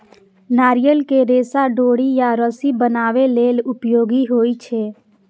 नारियल के रेशा डोरी या रस्सी बनाबै लेल उपयोगी होइ छै